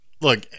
look